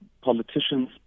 politicians